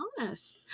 honest